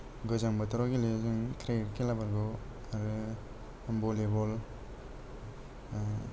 गोजां बोथोराव गेलेयो जों क्रिकेट खेलाफोरखौ आरो भलिबल